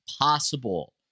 possible